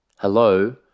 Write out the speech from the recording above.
Hello